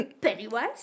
Pennywise